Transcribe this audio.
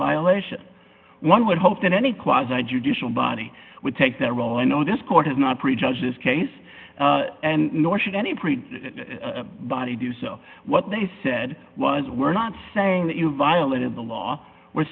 violation one would hope that any quas i judicial body would take that role i know this court is not prejudge this case and nor should any pre body do so what they said was we're not saying that you violated the law we're